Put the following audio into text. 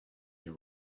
year